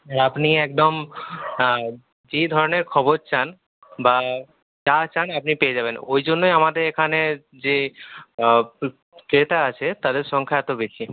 আপনি একদম যে ধরনের খবর চান বা যা চান আপনি পেয়ে যাবেন ওই জন্যই আমাদের এখানে যে ক্রেতা আছে তাদের সংখ্যা এত বেশি